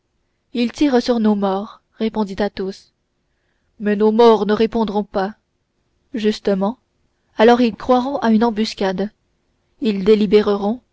ils tirent sur nos morts répondit athos mais nos morts ne répondront pas justement alors ils croiront à une embuscade ils